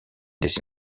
des